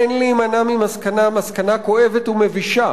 אין להימנע ממסקנה כואבת ומבישה,